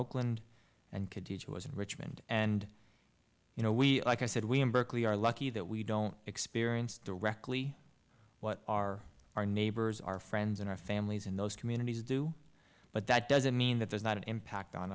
oakland and kadija was in richmond and you know we like i said we in berkeley are lucky that we don't experience directly what are our neighbors our friends and our families in those communities do but that doesn't mean that there's not an impact on